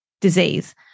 disease